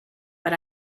but